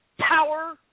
Power